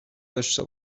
داشه